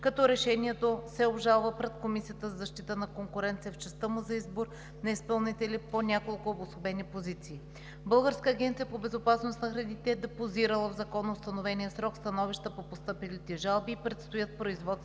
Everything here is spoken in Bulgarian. като решението се обжалва пред Комисията за защита на конкуренцията в частта му за избор на изпълнители по няколко обособени позиции. Българската агенция по безопасност на храните е депозирала в законоустановения срок становища по постъпилите жалби и предстоят производства